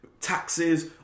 taxes